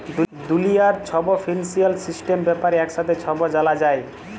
দুলিয়ার ছব financial system ব্যাপারে একসাথে ছব জালা যায়